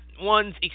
one's